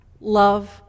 love